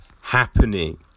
Happening